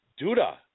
Duda